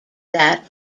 that